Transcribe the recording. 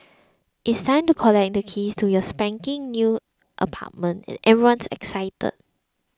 it's time to collect the keys to your spanking new apartment and everyone is excited